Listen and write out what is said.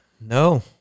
No